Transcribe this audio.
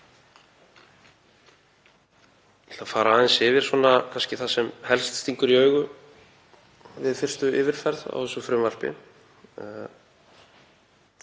að fara aðeins yfir það sem helst stingur í augu við fyrstu yfirferð á þessu frumvarpi.